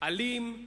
אלים,